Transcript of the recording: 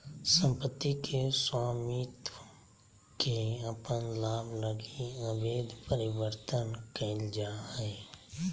सम्पत्ति के स्वामित्व के अपन लाभ लगी अवैध परिवर्तन कइल जा हइ